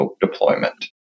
deployment